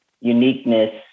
uniqueness